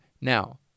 Now